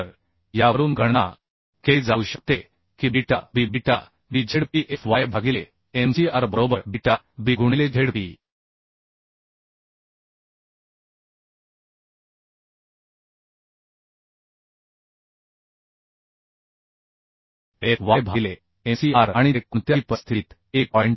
तर यावरून गणना केली जाऊ शकते की beta b beta b z p f y भागिले m c r बरोबर बीटा b गुणिले z p f y भागिले m c r आणि ते कोणत्याही परिस्थितीत 1